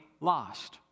lost